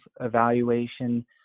evaluation